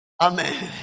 Amen